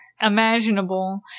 imaginable